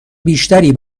بیشتری